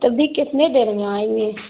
تب بھی کتنے دیر میں آئیں گے